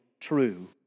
true